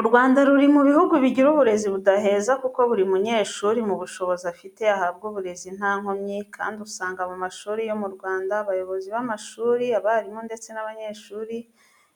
U Rwanda ruri mu bihugu bigira uburezi budaheza kuko buri munyeshuri, mu bushobozi afite ahabwa uburezi nta nkomyi, kandi usanga mu mashuri yo mu Rwanda abayobozi b'amashuri, abarimu ndetse n'abanyeshuri